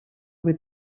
with